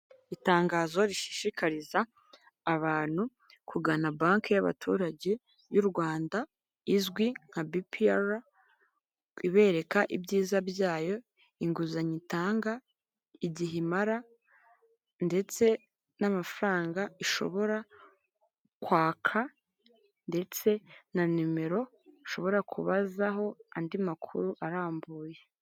Itangazo rishishikariza abantu kugana banke y'abaturage y'u Rwanda izwi nka bipiyara ibereka ibyiza byayo, inguzanyo itanga, igihe imara ndetse n'amafaranga ishobora kwaka ndetse na nimero ushobora kubazaho andi makuru arambuye.